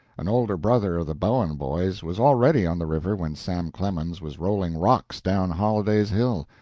an older brother of the bowen boys was already on the river when sam clemens was rolling rocks down holliday's hill.